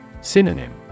Synonym